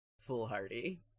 foolhardy